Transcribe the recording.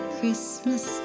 Christmas